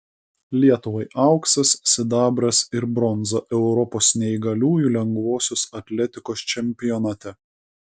lietuvai auksas sidabras ir bronza europos neįgaliųjų lengvosios atletikos čempionate